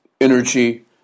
energy